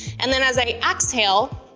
and then as i exhale,